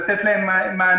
לתת להם מענה,